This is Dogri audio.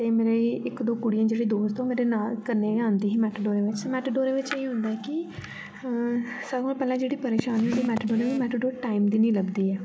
ते मेरे इक दो कुड़ियां जेह्ड़ियां दोस्त ओह् मेरे नाल कन्नै गै आंदी ही मेटाडोरे बिच्च मेटाडोरे बिच्च एह् होंदा कि सारे कोला पैह्ले जेह्ड़ी परेशानी ऐ मेटाडोरें दी मेटाडोर टाइम दी नि लभदी ऐ